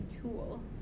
tool